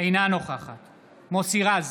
אינה נוכחת מוסי רז,